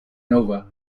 nova